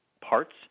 parts